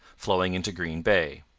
flowing into green bay.